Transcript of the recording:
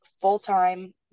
full-time